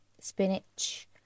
spinach